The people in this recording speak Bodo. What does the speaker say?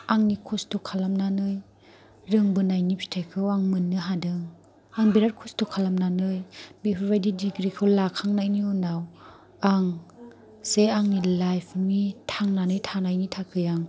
आंनि खस्थ' खालामनानै रोंबोनायनि फिथाइखौ आं मोननो हादों आं बिराद खस्थ' खालामनानै बेफोरबायदि दिग्रीखौ लाखांनायनि उनाव आं जे आंनि लाइफनि थांनानै थानायनि थाखाय आं